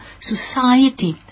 society